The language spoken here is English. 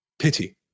pity